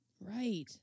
Right